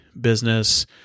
business